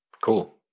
Cool